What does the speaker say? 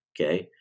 okay